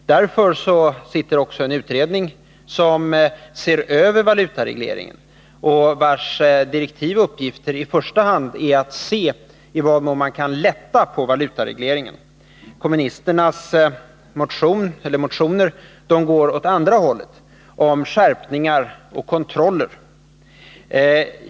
Därför arbetar en utredning med att se över valutaregleringen. Dess uppgift är i första hand att undersöka i vad mån man kan lätta på valutaregleringen. Kommunisternas motioner går åt andra hållet — mot skärpningar och kontroller.